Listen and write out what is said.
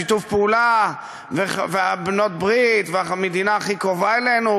שיתוף פעולה ובעלות-ברית והמדינה הכי קרובה אלינו,